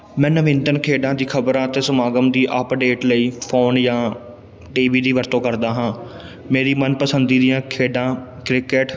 ਮੈਂ ਨਵਨੀਤਨ ਖੇਡਾਂ ਦੀ ਖਬਰਾਂ ਅਤੇ ਸਮਾਗਮ ਦੀ ਅਪਡੇਟ ਲਈ ਫੋਨ ਜਾਂ ਟੀਵੀ ਦੀ ਵਰਤੋਂ ਕਰਦਾ ਹਾਂ ਮੇਰੀ ਮਨਪਸੰਦੀ ਦੀਆਂ ਖੇਡਾਂ ਕ੍ਰਿਕਟ